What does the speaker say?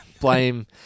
Blame